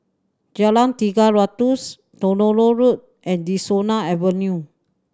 Jalan Tiga Ratus Tronoh Road and De Souza Avenue